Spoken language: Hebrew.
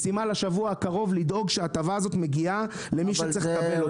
משימה לשבוע הקרוב שההטבה הזאת מגיעה למי שצריך לקבל אותה.